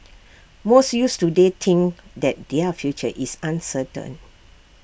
most youths today think that their future is uncertain